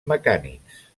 mecànics